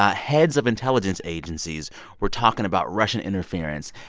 ah heads of intelligence agencies were talking about russian interference.